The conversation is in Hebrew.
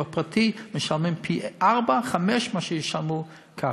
פרטי משלמים פי ארבעה-חמישה ממה שישלמו כך.